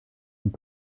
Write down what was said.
und